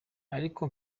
ariko